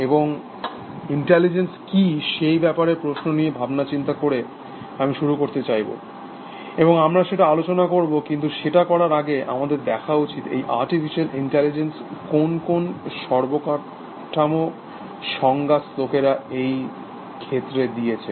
এবং এবং ইন্টেলিজেন্স কি সেই ব্যাপারে প্রশ্ন নিয়ে ভাবনাচিন্তা করে আমি শুরু করতে চাইব এবং আমরা সেটা আলোচনা করব কিন্তু সেটা করার আগে আমাদের দেখা উচিত এই আর্টিফিসিয়াল ইন্টেলিজেন্সের কোন কোন সর্বোৎকৃষ্ট সংজ্ঞা লোকেরা এই ক্ষেত্রে দিয়েছে